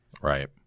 right